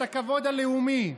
את הכבוד הלאומי,